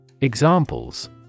Examples